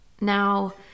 Now